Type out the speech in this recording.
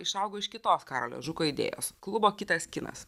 išaugo iš kitos žuko idėjos klubo kitas kinas